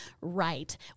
right